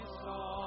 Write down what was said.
song